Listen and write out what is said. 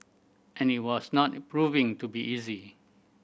and it was not proving to be easy